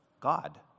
god